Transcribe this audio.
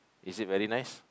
is it very nice